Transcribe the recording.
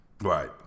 Right